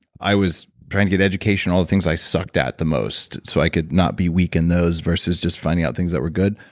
i was trying to get education, all the things i sucked at the most. so i could not be weak in those versus just finding out things that were good.